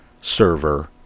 server